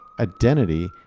Identity